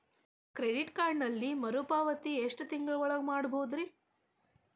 Credit ಕಾರ್ಡಿನಲ್ಲಿ ಮರುಪಾವತಿ ಎಷ್ಟು ತಿಂಗಳ ಒಳಗ ಮಾಡಬಹುದ್ರಿ?